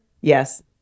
Yes